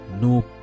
no